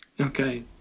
Okay